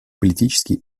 политически